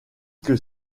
que